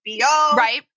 Right